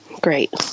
Great